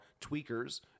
tweakers